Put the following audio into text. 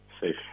Safe